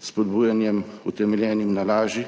spodbujanjem, utemeljenem na laži,